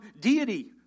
deity